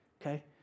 Okay